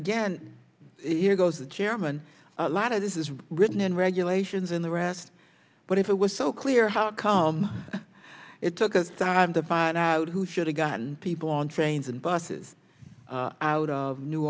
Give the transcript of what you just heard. again here goes the chairman a lot of this is written in regulations in the rest but if it was so clear how come it took us time to find out who should have gotten people on trains and buses out of new